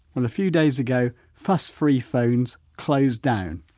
a few days ago, fussfree phones closed down.